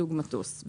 סוג מטוס.